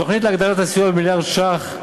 התוכנית להגדלת הסיוע במיליארד ש"ח,